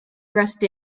dressed